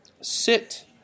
sit